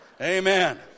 Amen